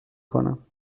کنم